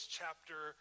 chapter